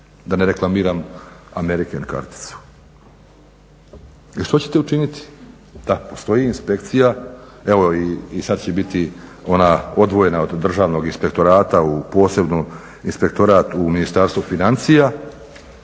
da ne reklamiram American karticu. I što ćete učiniti? Da, postoji inspekcija. Evo i sad će biti ona odvojena od Državnog inspektorata u posebnu inspektorat u Ministarstvu financija